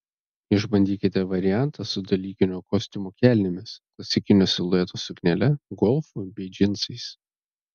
išbandykite variantą su dalykinio kostiumo kelnėmis klasikinio silueto suknele golfu bei džinsais